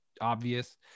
obvious